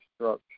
structure